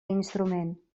instrument